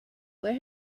where